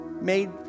made